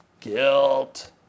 guilt